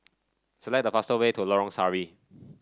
select the faster way to Lorong Sari